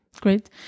Great